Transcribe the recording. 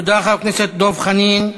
תודה, חבר הכנסת דב חנין.